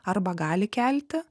arba gali kelti